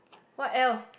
what else